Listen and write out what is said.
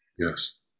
Yes